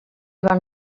van